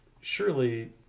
surely